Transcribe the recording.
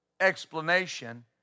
explanation